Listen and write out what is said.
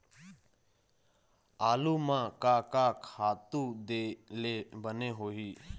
आलू म का का खातू दे ले बने होही?